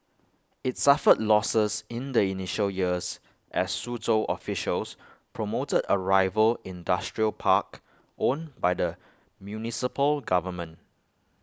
IT suffered losses in the initial years as Suzhou officials promoted A rival industrial park owned by the municipal government